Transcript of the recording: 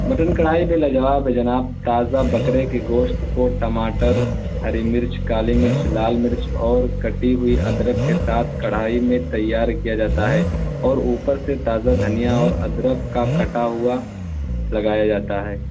mutton کڑھائی بھی لا جواب ہے جناب تازہ بکرے کے گوشت کو ٹماٹر ہری مرچ کالی مرچ لال مرچ اور کٹی ہوئی ادرک کے ساتھ کڑھائی میں تیار کیا جاتا ہے اور اوپر سے تازہ دھنیا اور ادرک کا کٹا ہوا لگایا جاتا ہے